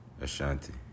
Ashanti